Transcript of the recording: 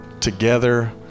together